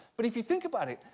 but if you think about it,